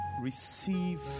receive